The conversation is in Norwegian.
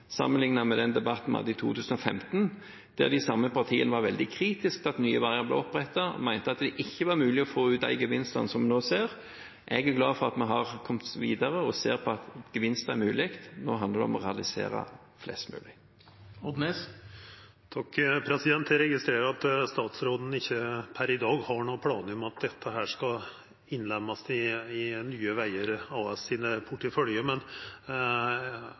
med debatten vi hadde i 2015, da de samme partiene var veldig kritiske til at Nye Veier ble opprettet, og mente det ikke var mulig å få ut de gevinstene som vi nå ser. Jeg er glad for at vi nå har kommet videre og ser at gevinst er mulig. Nå handler det om å realisere flest mulig. Eg registrerer at statsråden per i dag ikkje har nokre planar om at dette skal innlemmast i Nye Veier AS’ portefølje, men